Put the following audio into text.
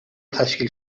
تشکیل